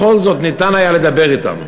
בכל זאת ניתן היה לדבר אתם.